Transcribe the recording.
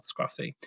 Scruffy